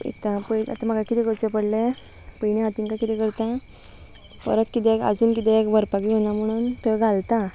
पयता पय आतां म्हाका किदें करचें पडलें पयलीं हांव तेंकां किदें करता परत किदेंक आजून किदें व्हरपाक येवना म्हणून त्यो घालता